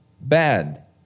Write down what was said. bad